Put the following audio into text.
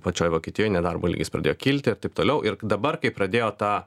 pačioj vokietijoj nedarbo lygis pradėjo kilti ir taip toliau ir dabar kai pradėjo tą